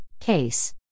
case